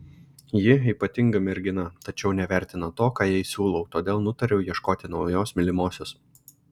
ji ypatinga mergina tačiau nevertina to ką jai siūlau todėl nutariau ieškoti naujos mylimosios